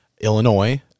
Illinois